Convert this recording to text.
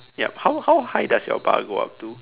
yup how how high does your bar go up to